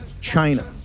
China